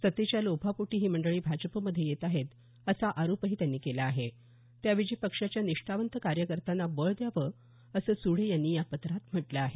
सत्तेच्या लोभापोटी ही मंडळी भाजपमध्ये येत आहेत असा आरोपही त्यांनी केला आहे त्याऐवजी पक्षाच्या निष्ठावंत कार्यकर्त्यांना बळ द्यावं असं सुडे यांनी या पत्रात म्हटल आहे